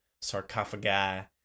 sarcophagi